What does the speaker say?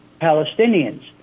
Palestinians